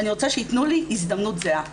אני רוצה שיתנו לי הזדמנות זהה.